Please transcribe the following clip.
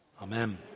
Amen